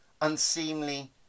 unseemly